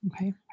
Okay